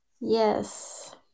yes